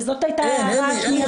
זאת הייתה ההערה השנייה שלי.